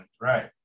right